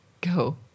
go